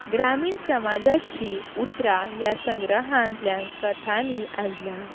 ग्रामीण समाजाचीं उतरां ह्या संग्रहांतल्यां कथांनी आयल्यां